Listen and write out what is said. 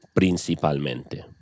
principalmente